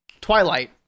twilight